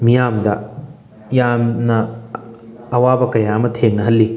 ꯃꯤꯌꯥꯝꯗ ꯌꯥꯝꯅ ꯑꯋꯥꯕ ꯀꯌꯥ ꯑꯃ ꯊꯦꯡꯅꯍꯜꯂꯤ